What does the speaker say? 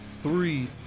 three